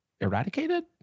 eradicated